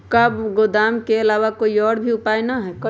का गोदाम के आलावा कोई और उपाय न ह?